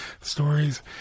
stories